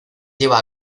lleva